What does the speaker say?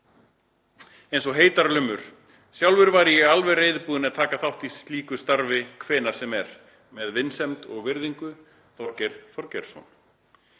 einsog heitar lummur. Sjálfur væri ég alveg reiðubúinn að taka þátt í slíku starfi hvenær sem er. Með vinsemd og virðingu, Þorgeir Þorgeirsson.“